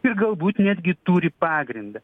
ir galbūt netgi turi pagrindą